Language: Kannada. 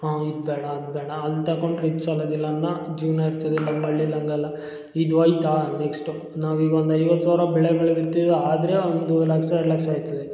ಹಾಂ ಇದು ಬ್ಯಾಡ ಅದು ಬ್ಯಾಡ ಅಲ್ಲಿ ತಕೊಂಡರೆ ಇದು ಸಾಲದಿಲ್ಲ ಅನ್ನೋ ಜೀವನ ಇರ್ತದೆ ನಮ್ಮ ಹಳ್ಳಿಲಿ ಹಂಗಲ್ಲ ಇದು ಐತಾ ನೆಕ್ಷ್ಟು ನಾವು ಈಗ ಒಂದು ಐವತ್ತು ಸಾವಿರ ಬೆಳೆ ಬೆಳ್ದಿರ್ತಿವಿ ಆದರೆ ಒಂದು ಲಕ್ಷ ಎರಡು ಲಕ್ಷ ಅಯ್ತದೆ